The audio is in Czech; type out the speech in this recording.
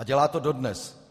A dělá to dodnes.